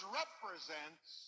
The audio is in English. represents